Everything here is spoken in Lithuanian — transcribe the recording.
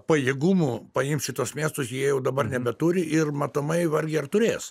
pajėgumų paimt šituos miestus jie jau dabar nebeturi ir matomai vargiai ar turės